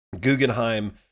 Guggenheim